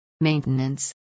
Maintenance